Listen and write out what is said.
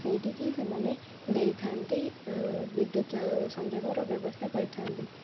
ସେଇଠିକି ସେମାନେ ଦେଇଥାନ୍ତି ବିଦ୍ୟୁତ ସଂଯୋଗର ବ୍ୟବସ୍ଥା କରିଥାନ୍ତି